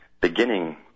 beginning